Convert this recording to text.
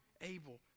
able